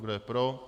Kdo je pro?